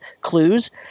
clues